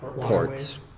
ports